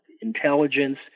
intelligence